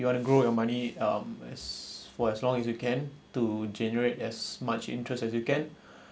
you want to grow your money um as for as long as you can to generate as much interest as you can